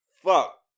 Fuck